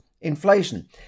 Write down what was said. inflation